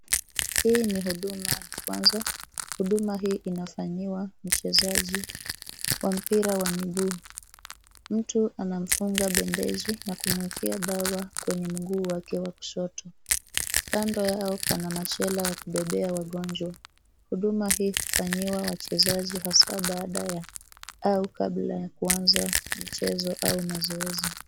Hii ni huduma ya kwanza. Huduma hii inafanyiwa mchezaji wa mpira wa miguu. Mtu anamfunga bandeji na kumwekea dawa kwenye mguu wake wa kushoto. Kando yao pana machela ya kubebea wagonjwa. Huduma hii hufanyiwa wachezaji haswaa baada ya au kabla ya kuanza mchezo au mazoezi.